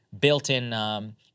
built-in